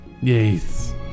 Yes